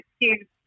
excuse